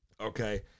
okay